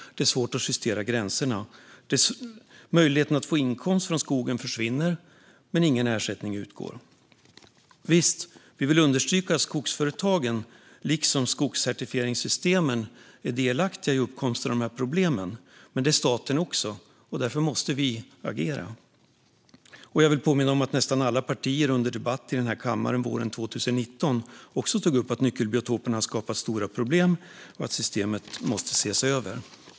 Det är också svårt att justera gränserna. Möjligheten att få inkomst från skogen försvinner, men ingen ersättning utgår. Vi vill understryka att skogsföretagen liksom skogscertifieringssystemen är delaktiga i uppkomsten av dessa problem. Men det är staten också, och därför måste vi agera. Jag vill påminna om att nästan alla partier under debatt i denna kammare våren 2019 tog upp att nyckelbiotoperna har skapat stora problem och att systemet måste ses över.